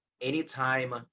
anytime